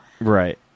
right